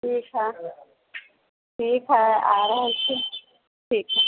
ठीक हए ठीक हए आ रहल छी ठीक हए